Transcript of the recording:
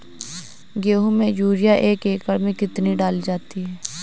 गेहूँ में यूरिया एक एकड़ में कितनी डाली जाती है?